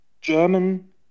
German